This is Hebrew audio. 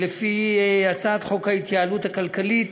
בהצעת החוק ההתייעלות הכלכלית,